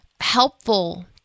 helpful